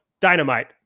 Dynamite